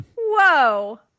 Whoa